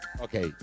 Okay